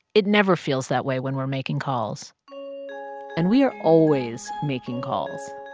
it never feels that way when we're making calls and we are always making calls